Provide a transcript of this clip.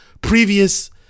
Previous